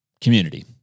community